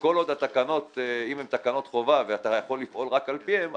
וכל עוד התקנות אם הן תקנות חובה ואתה יכול לפעול רק על פיהן,